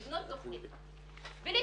לבנות תכנית ולהתקדם,